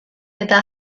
eta